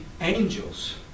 angels